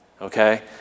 okay